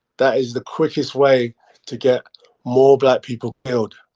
that is the quickest way to get more black people killed,